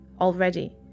already